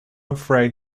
afraid